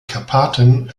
karpaten